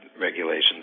regulations